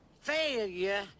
failure